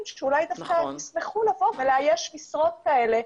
שאולי דווקא ישמחו לבוא ולאייש משרות כאלה,